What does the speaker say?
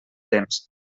temps